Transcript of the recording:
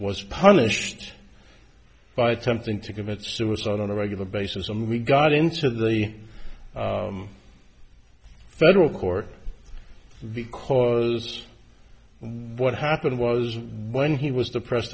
was punished by attempting to commit suicide on a regular basis and we got into the federal court because what happened was when he was depressed